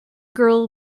girl